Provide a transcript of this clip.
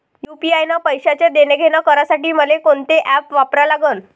UPI न पैशाचं देणंघेणं करासाठी मले कोनते ॲप वापरा लागन?